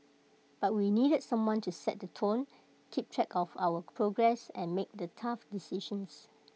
but we needed someone to set the tone keep track of our progress and make the tough decisions